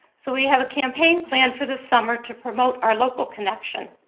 so we have a campaign planned for this summer to promote our local connection.